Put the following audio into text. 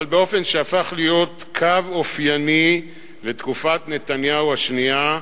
אבל באופן שהפך להיות קו אופייני לתקופת נתניהו השנייה,